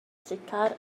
seciwlar